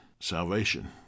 salvation